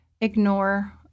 ignore